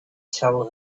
tell